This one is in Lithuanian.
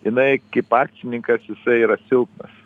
jinai kaip akcininkas jisai yra silpnas